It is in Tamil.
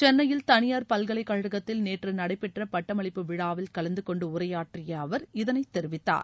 சென்னையில் தனியார் பல்கலைக் கழகத்தில் நேற்று நடைபெற்ற பட்டமளிப்பு விழாவில் கலந்துகொண்டு உரையாற்றிய அவர் இதனை தெரிவித்தார்